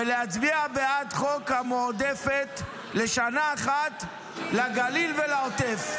ולהצביע בעד חוק המועדפת לשנה אחת לגליל ולעוטף.